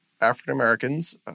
African-Americans